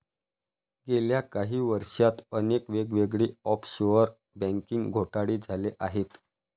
गेल्या काही वर्षांत अनेक वेगवेगळे ऑफशोअर बँकिंग घोटाळे झाले आहेत